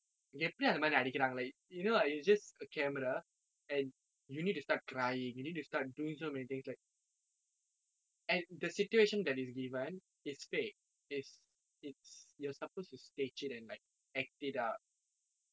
எப்படி அந்த மாதிரி நடிக்கிறாங்க:eppadi antha maathiri nadikkiraanga you know it's just a camera and you need to start crying you need to start doing so many things like and the situation that is given is fake is it's you're suppose to stage it and like act it out